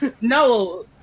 No